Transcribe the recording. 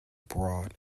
brought